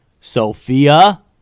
Sophia